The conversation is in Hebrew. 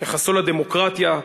יחסו לדמוקרטיה,